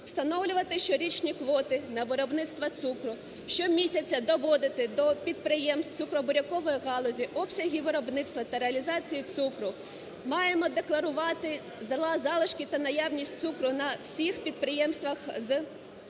встановлювати щорічні квоти на виробництво цукру, щомісяця доводити до підприємств цукробурякової галузі обсяги виробництва та реалізації цукру, маємо декларувати залишки та наявність цукру на всіх підприємствах цієї